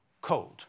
cold